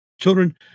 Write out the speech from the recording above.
children